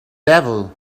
devil